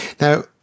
Now